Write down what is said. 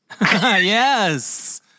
Yes